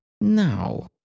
No